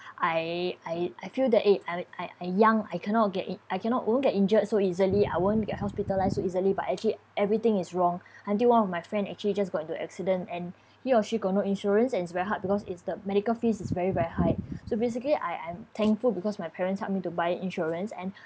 I I I feel that eh I I I uh young I cannot get in~ I cannot won't get injured so easily I won't get hospitalised so easily but actually everything is wrong until one of my friend actually just got into accident and he or she got no insurance and it's very hard because it's the medical fees is very very high so basically I I'm thankful because my parents help me to buy insurance and